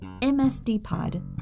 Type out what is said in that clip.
MSDPOD